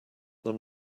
them